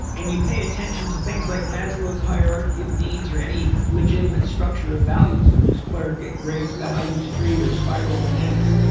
and you pay attention to things like maslow's hierarchy of needs or any legitimate structure of values, such as clare graves' values tree or spiral dynamics.